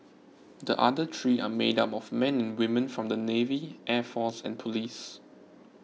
the other three are made up of men and women from the navy air force and police